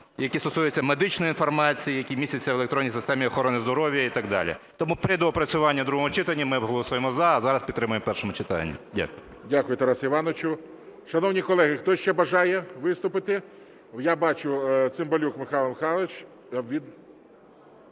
які стосуються медичної інформації, які містяться в електронній системі охорони здоров'я і так далі. Тому при доопрацюванні в другому читанні ми голосуємо "за", а зараз підтримаємо в першому читанні. Дякую. ГОЛОВУЮЧИЙ. Дякую, Тарасе Івановичу. Шановні колеги, хто ще бажає виступити? Я бачу, Цимбалюк Михайло Михайлович.